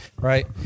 right